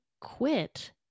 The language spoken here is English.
quit